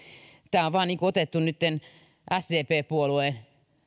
tämä on vain otettu nytten sdp puolueen